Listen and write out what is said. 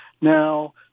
Now